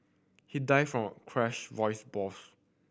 he died from a crushed voice box